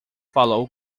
falou